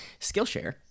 Skillshare